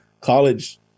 college